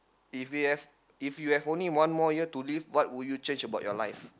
if you have if you have only one more year to live what would you change about your life